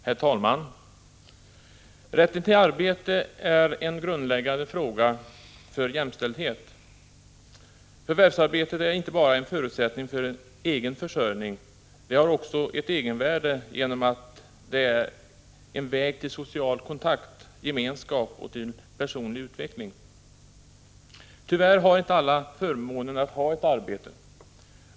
Herr talman! Rätten till arbete är grundläggande för jämställdheten. Förvärvsarbetet är inte bara en förutsättning för egen försörjning. Det har också ett egenvärde genom att det är en väg till social kontakt, till gemenskap och till personlig utveckling. Tyvärr har inte alla förmånen att ha ett arbete.